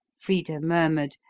frida murmured,